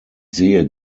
sehe